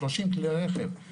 30 כלי רכב,